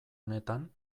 honetan